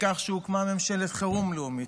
בכך שהוקמה ממשלת חירום לאומית,